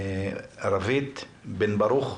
רווית בן ברוך.